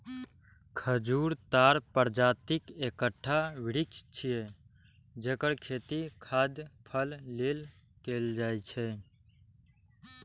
खजूर ताड़ प्रजातिक एकटा वृक्ष छियै, जेकर खेती खाद्य फल लेल कैल जाइ छै